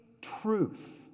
truth